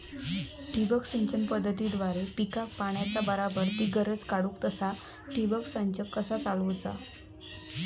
ठिबक सिंचन पद्धतीद्वारे पिकाक पाण्याचा बराबर ती गरज काडूक तसा ठिबक संच कसा चालवुचा?